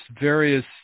various